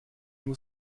nur